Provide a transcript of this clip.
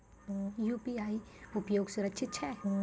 UPI उपयोग सुरक्षित छै?